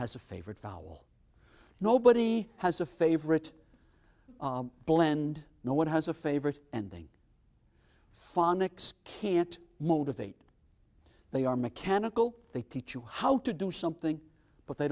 has a favorite foul nobody has a favorite blend no one has a favorite and they phonics can't motivate they are mechanical they teach you how to do something but they